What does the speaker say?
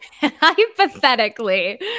Hypothetically